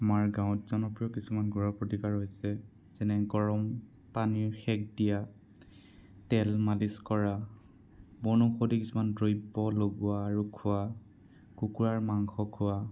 আমাৰ গাঁৱত জনপ্ৰিয় কিছুমান ঘৰুৱা প্ৰতিকাৰ হৈছে যেনে গৰম পানীৰ সেক দিয়া তেল মালিছ কৰা বনৌষধি কিছুমান দ্ৰব্য লগোৱা আৰু খোৱা কুকুৰাৰ মাংস খোৱা